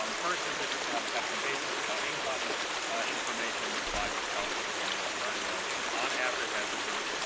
um first, we just have some basic income information. this slide just tells us again what we already know which is on average, as a group,